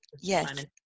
yes